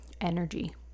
energy